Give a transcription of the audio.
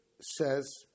says